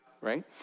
Right